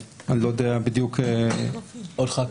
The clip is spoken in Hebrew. עוד אחד,